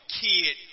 kid